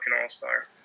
all-star